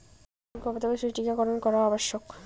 কোন কোন গবাদি পশুর টীকা করন করা আবশ্যক?